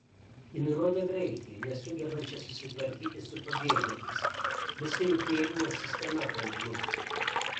ji nurodė graikiją nesugebančią susitvarkyti su pabėgėliais visa jų priėmimo sistema ten žlugusi